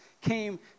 came